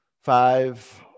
Five